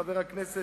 חבר הכנסת,